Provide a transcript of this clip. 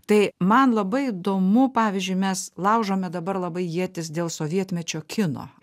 tai man labai įdomu pavyzdžiui mes laužome dabar labai ietis dėl sovietmečio kino